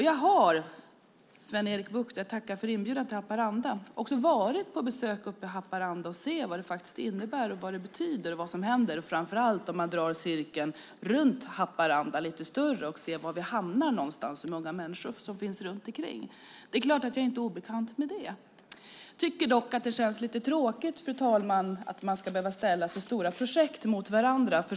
Jag har också varit på besök uppe i Haparanda - och jag tackar Sven-Erik Bucht för inbjudan till Haparanda - och sett vad det faktiskt innebär, vad det betyder och vad som händer, framför allt om man drar cirkeln runt Haparanda lite större och ser var vi hamnar någonstans och hur många människor som finns runt omkring. Det är klart att jag inte är obekant med detta. Jag tycker dock att det känns lite tråkigt, fru talman, att man ska behöva ställa så stora projekt mot varandra.